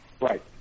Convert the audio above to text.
Right